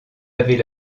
avez